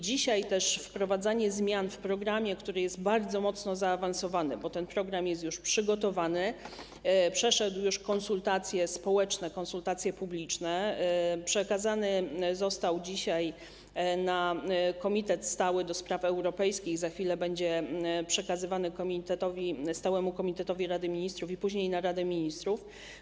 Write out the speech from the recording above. Dzisiaj wprowadzanie zmian w programie, który jest bardzo mocno zaawansowany, bo ten program jest już przygotowany, przeszedł już konsultacje społeczne, konsultacje publiczne, przekazany został dzisiaj stałemu Komitetowi do Spraw Europejskich, za chwilę będzie przekazywany stałemu komitetowi Rady Ministrów i później Radzie Ministrów.